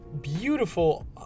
beautiful